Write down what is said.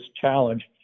challenge